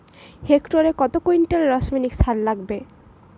হেক্টরে কত কুইন্টাল রাসায়নিক সার লাগবে?